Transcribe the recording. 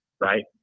right